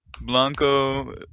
Blanco